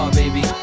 baby